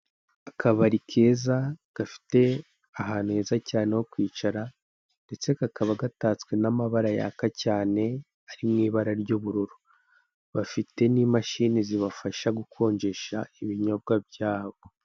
Akabari keza gafite ahantu hatandukanye ho kwicara, ndetse kakaba gatatswe n'amabara yaka cyane ari mu ibara ry'ubururu. Bafite n'imashini zibafasha gukonjesha ibinyobwa byabo.